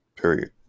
Period